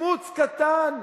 מצמוץ קטן,